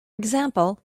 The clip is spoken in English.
example